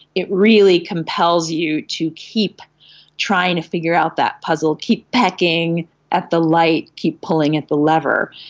it really compels you to keep trying to figure out that puzzle, keep pecking at the light, keep pulling at the lever.